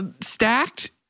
stacked